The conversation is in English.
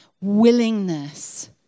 willingness